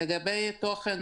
לגבי התוכן